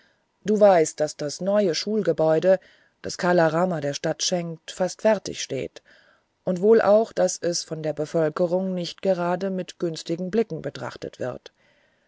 du weißt daß das neue schulgebäude das kala rama der stadt schenkt fast fertig steht und wohl auch daß es von der bevölkerung nicht gerade mit günstigen blicken betrachtet wird